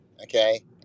okay